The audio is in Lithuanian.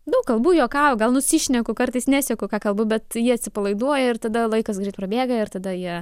daug kalbu juokauju gal nusišneku kartais neseku ką kalbu bet jie atsipalaiduoja ir tada laikas greit prabėga ir tada jie